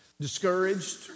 discouraged